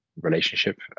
relationship